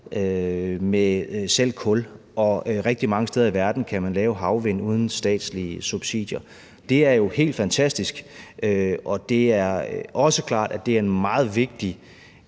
med selv kul globalt. Og rigtig mange steder i verden kan man lave energi af havvind uden statslige subsidier. Det er jo helt fantastisk, og det er også klart, at det er en meget, meget